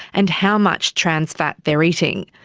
and how much trans fat they are eating.